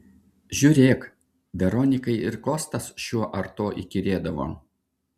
žiūrėk veronikai ir kostas šiuo ar tuo įkyrėdavo